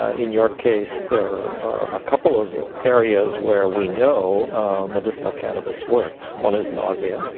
in your case, there are a couple of areas where we know medicinal cannabis works. one is nausea,